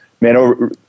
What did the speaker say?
man